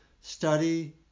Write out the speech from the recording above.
study